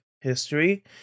history